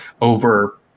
over